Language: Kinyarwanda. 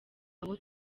aho